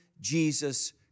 Jesus